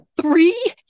three